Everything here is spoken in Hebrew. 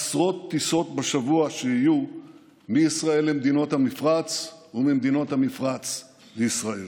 עשרות טיסות בשבוע שיהיו מישראל למדינות המפרץ וממדינות המפרץ לישראל.